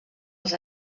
els